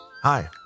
Hi